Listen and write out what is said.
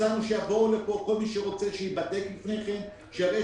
הצענו שיבואו לכאן וכל מי שרוצה ייבדק לפני כן ויראה